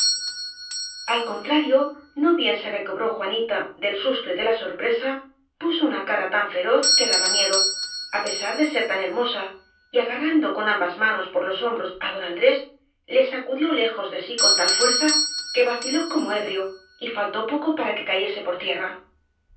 al contrario no bien se recobró juanita del sus to y de la sorpresa puso una cara tan feroz que daba miedo á pesar de ser tan hermosa y agarran do con ambas manos por los hombros á don an drés le sacudió lejos de sí con tal fuerza que va ciló como ebrio y faltó poco para que cayese por tierra